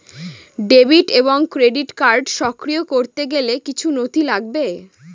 Debit এবং credit card সক্রিয় করতে গেলে কিছু নথি লাগবে?